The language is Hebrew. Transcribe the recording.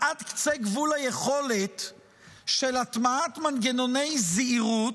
עד קצה גבול היכולת של הטמעת מנגנוני זהירות,